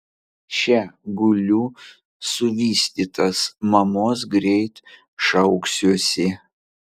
še guliu suvystytas mamos greit šauksiuosi